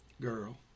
Girl